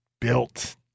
built